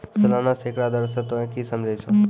सलाना सैकड़ा दर से तोंय की समझै छौं